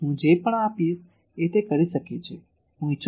હું જે પણ આપીશ એ તે કરી શકે છે